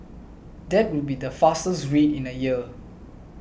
that would be the fastest rate in a year